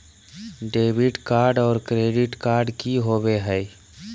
Debit card और credit card की होवे हय?